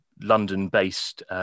London-based